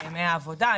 בימי העבודה,